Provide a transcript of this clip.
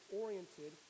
oriented